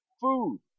food